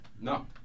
No